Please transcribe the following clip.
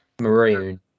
Maroon